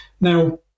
Now